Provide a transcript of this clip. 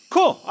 Cool